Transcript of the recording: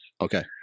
Okay